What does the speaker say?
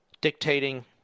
dictating